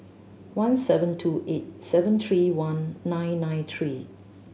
one seven two eight seven three one nine nine three